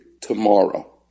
tomorrow